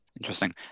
Interesting